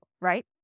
right